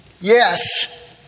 Yes